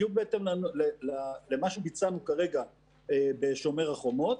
בדיוק בהתאם למה שביצענו כרגע בשומר החומות,